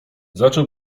zaczął